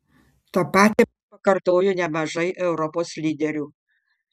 tą patį pakartojo nemažai europos lyderių